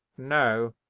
no,